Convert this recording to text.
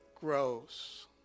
grows